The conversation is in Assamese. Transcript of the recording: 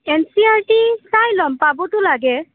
N C E R T চাই ল'ম পাবতো লাগে